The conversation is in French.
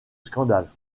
scandale